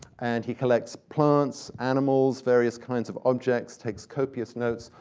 and he collects plants, animals, various kinds of objects, takes copious notes,